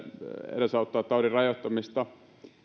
edesauttaa taudin rajoittamista